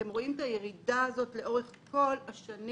אתם רואים את הירידה הזאת לאורך כל השנים.